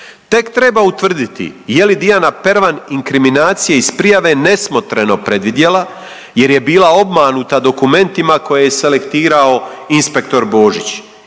Tek treba utvrditi je li Dijana Pervan inkriminacije iz prijave nesmotreno predvidjela jer je bila obmanuta dokumentima koje je selektirao inspektor Božić